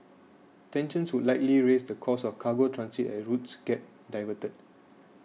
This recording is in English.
tensions would likely raise the cost of cargo transit as routes get diverted